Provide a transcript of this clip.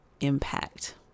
impact